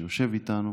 שיושב איתנו